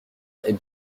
est